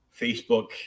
facebook